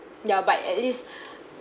ya but at least